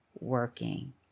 working